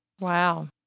Wow